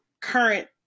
current